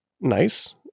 nice